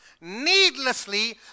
needlessly